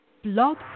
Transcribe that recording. Blog